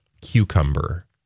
cucumber